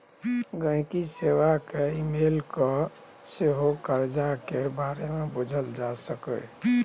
गांहिकी सेबा केँ इमेल कए सेहो करजा केर बारे मे बुझल जा सकैए